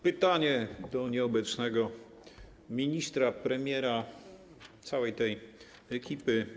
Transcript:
Pytanie do nieobecnego ministra, premiera, całej tej ekipy.